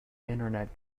internet